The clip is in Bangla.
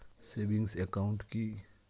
সেভিংস একাউন্ট কি?